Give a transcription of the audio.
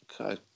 Okay